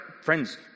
friends